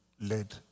led